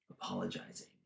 apologizing